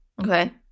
okay